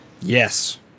yes